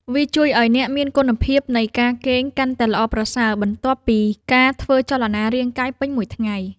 វាជួយឱ្យអ្នកមានគុណភាពនៃការគេងកាន់តែល្អប្រសើរ បន្ទាប់ពីការធ្វើចលនារាងកាយពេញមួយថ្ងៃ។